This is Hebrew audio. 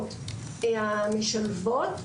לסייעות המשלבות,